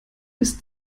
bis